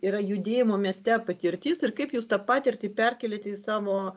yra judėjimo mieste patirtis ir kaip jūs tą patirtį perkeliate į savo